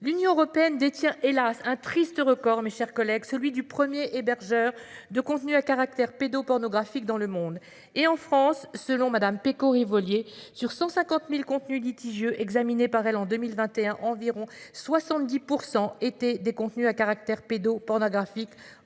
L'Union européenne détient hélas un triste record. Mes chers collègues, celui du 1er hébergeur de contenus à caractère pédo-pornographique dans le monde et en France, selon Madame Picoury voliez sur 150.000 contenu litigieux examinés par elle. En 2021, environ 70% étaient des contenus à caractère pédo-pornographique